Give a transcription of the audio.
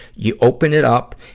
you open it up,